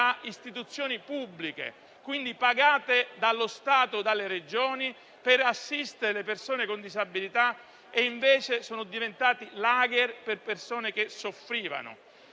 istituzioni pubbliche, che pagate dallo Stato e dalle Regioni per assistere le persone con disabilità, sono invece diventate *lager* per persone che soffrivano.